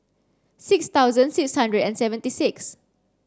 six thousand six hundred and seventy six